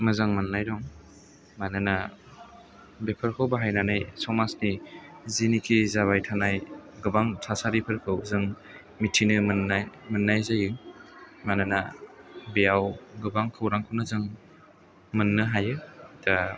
मोजां मोननाय दं मानोना बेफोरखौ बाहायनानै समाजनि जिनिखि जाबाय थानाय गोबां थासारिफोरखौ जों मोथिनो मोन्नाय जायो मानोना बेयाव गोबां खौरांखौनो जों मोननो हायो दा